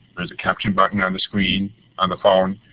there is a caption button on the screen on the phone.